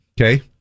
Okay